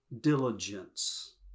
diligence